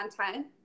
content